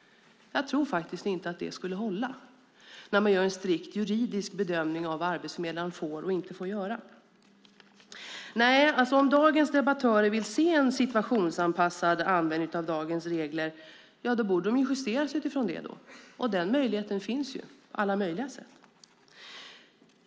Jag tror faktiskt inte att det skulle hålla när man gör en strikt juridisk bedömning av vad arbetsförmedlaren får och inte får göra. Nej, om dagens debattörer vill se en situationsanpassad användning av dagens regler borde de justeras utifrån det, och den möjligheten finns på alla möjliga sätt.